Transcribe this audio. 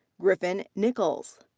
griffin nicholls.